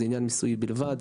מדובר בעניין מיסויי בלבד.